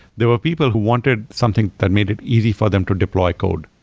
there were people who wanted something that made it easy for them to deploy code.